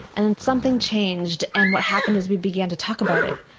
and then something changed and what happened is we began to talk about it,